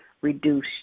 reduce